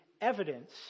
evidence